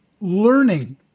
Learning